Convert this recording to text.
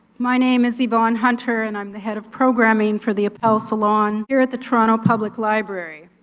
my name is yvonne hunter and i'm the head of programming for the appel salon. here at the toronto public library.